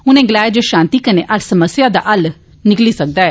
उनें गलाया जे शांति कन्नै हर समस्या दा हल निकली सकदा ऐ